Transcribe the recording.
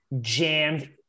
jammed